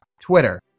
Twitter